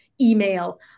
email